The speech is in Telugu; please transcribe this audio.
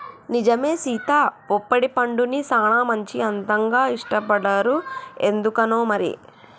నిజమే సీత పొప్పడి పండుని సానా మంది అంతగా ఇష్టపడరు ఎందుకనో మరి